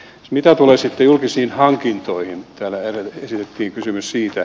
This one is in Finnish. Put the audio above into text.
mitä tulee sitten julkisiin hankintoihin täällä edellä esitettiin kysymys siitä